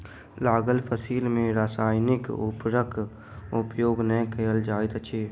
लागल फसिल में रासायनिक उर्वरक उपयोग नै कयल जाइत अछि